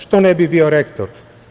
Što ne bi bio rektor?